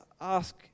ask